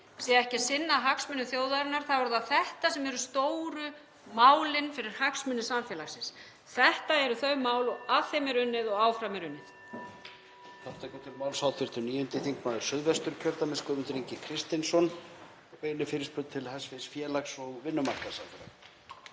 sé ekki að sinna hagsmunum þjóðarinnar þá er það þetta sem eru stóru málin fyrir hagsmuni samfélagsins. Þetta eru þau mál og að þeim er unnið og áfram er unnið.